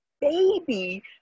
baby